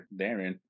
Darren